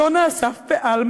יונה, אסף ואלמה,